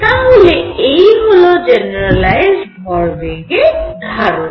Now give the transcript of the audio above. তাহলে এই হল জেনেরালাইজড ভরবেগের ধারণা